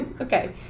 Okay